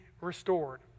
restored